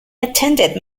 attended